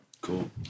Cool